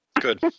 Good